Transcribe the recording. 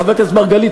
חבר הכנסת מרגלית,